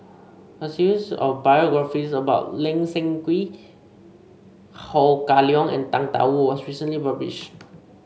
a series of biographies about Lee Seng Wee Ho Kah Leong and Tang Da Wu was recently published